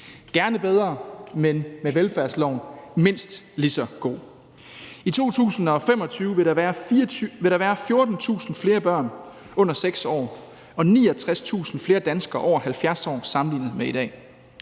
gerne bedre, men med velfærdsloven mindst lige så gode. I 2025 vil der være 14.000 flere børn under 6 år og 69.000 flere danskere over 70 år sammenlignet med i dag.